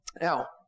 Now